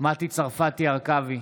מטי צרפתי הרכבי,